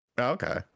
Okay